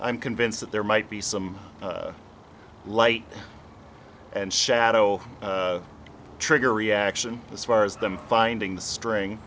i'm convinced that there might be some light and shadow trigger reaction as far as them finding the string